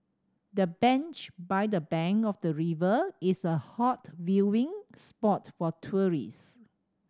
the bench by the bank of the river is a hot viewing spot for tourist